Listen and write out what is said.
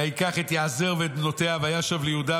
וייקח את יעזר ואת בנותיה וישב ליהודה.